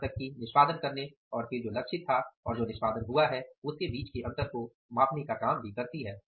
यहां तक कि निष्पादन करने और फिर जो लक्षित था और जो निष्पादन हुआ है उसके बीच के अंतर को मापने का काम भी करती है